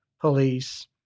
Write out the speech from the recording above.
police